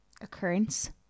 Occurrence